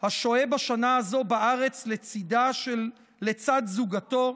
השוהה בשנה הזאת בארץ לצד זוגתו,